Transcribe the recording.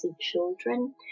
children